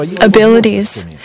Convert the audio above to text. abilities